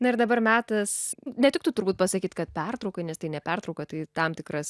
na ir dabar metas netiktų turbūt pasakyt kad pertraukai nes tai ne pertrauka tai tam tikras